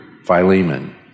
Philemon